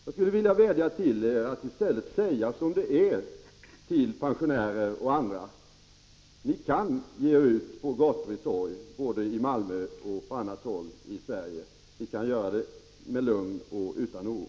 Jag skulle vilja vädja till er att i stället säga som det är till pensionärer och andra: Ni kan ge er ut på gator och torg, både i Malmö och på annat håll i Sverige. Ni kan göra det med lugn och utan oro.